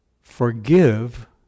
Forgive